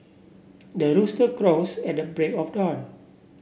the rooster crows at the break of dawn